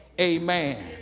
Amen